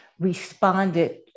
responded